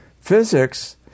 Physics